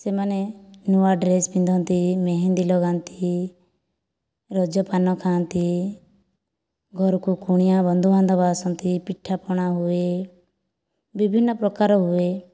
ସେମାନେ ନୂଆ ଡ୍ରେସ୍ ପିନ୍ଧନ୍ତି ମେହେନ୍ଦି ଲଗାନ୍ତି ରଜ ପାନ ଖାଆନ୍ତି ଘରକୁ କୁଣିଆ ବନ୍ଧୁବାନ୍ଧବ ଆସନ୍ତି ପିଠାପାଣା ହୁଏ ବିଭିନ୍ନ ପ୍ରକାର ହୁଏ